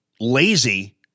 lazy